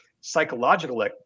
psychological